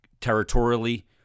territorially